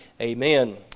amen